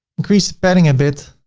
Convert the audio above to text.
increase the padding a bit.